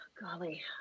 golly